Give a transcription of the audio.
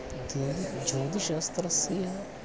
इति ज्योतिषशास्त्रस्य